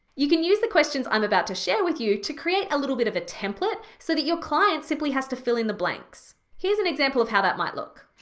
you can use the questions i'm about to share with you to create a little bit of a template so that your client simply has to fill in the blanks. here's an example of how that might look.